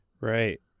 right